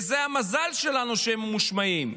זה המזל שלנו, שהם ממושמעים,